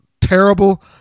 terrible